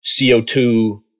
CO2